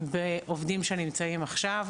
בעובדים שנמצאים עכשיו.